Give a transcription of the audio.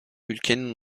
ülkenin